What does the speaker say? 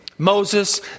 Moses